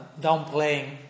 downplaying